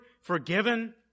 forgiven